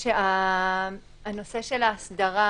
הנושא של ההסדרה,